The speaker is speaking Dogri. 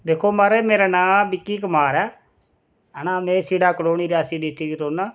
दिक्खो महाराज मेरा नांऽ विक्की कुमार ऐ हैना मै सीड़ा कलोनी रियासी डिस्ट्रिक्ट रौह्नां